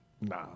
Nah